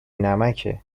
نمکه